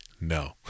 no